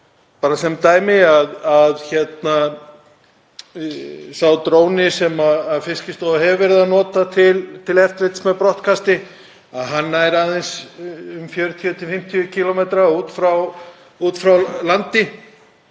Bara sem dæmi, sá dróni sem Fiskistofa hefur verið að nota til eftirlits með brottkasti, nær aðeins um 40–50 km út frá landi.